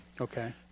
Okay